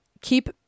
keep